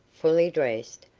fully dressed,